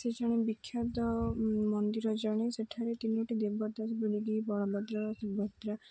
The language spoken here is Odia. ସେ ଜଣେ ବିଖ୍ୟାତ ମନ୍ଦିର ଜଣେ ସେଠାରେ ତିନୋଟି ଦେବଦାସ ବୋଲିକି ବଳଭଦ୍ର ସୁଭଦ୍ରା